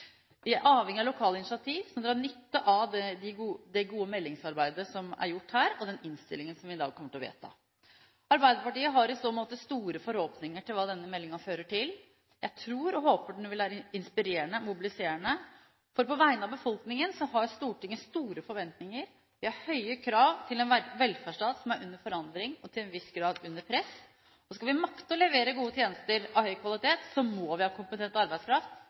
Vi er avhengig av lokale initiativ som drar nytte av det gode meldingsarbeidet som er gjort her, og den innstillingen som vi i dag kommer til å vedta. Arbeiderpartiet har i så måte store forhåpninger til hva denne meldingen fører til. Jeg tror og håper den vil være inspirerende og mobiliserende. På vegne av befolkningen har Stortinget store forventninger og høye krav til en velferdsstat som er under forandring og til en viss grad under press. Skal vi makte å levere gode tjenester til høy kvalitet, må vi ha kompetent arbeidskraft